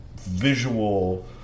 visual